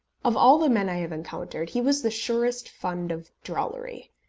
of all the men i have encountered, he was the surest fund of drollery.